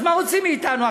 אז מה רוצים מאתנו?